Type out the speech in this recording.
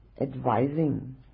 advising